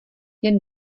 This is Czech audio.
jen